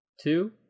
two